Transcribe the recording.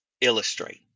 illustrate